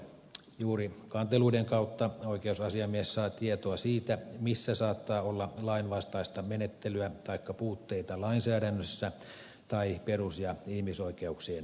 juuri kanteluiden kautta oikeusasiamies saa tietoa siitä missä saattaa olla lainvastaista menettelyä taikka puutteita lainsäädännössä tai perus ja ihmisoikeuksien toteutumisessa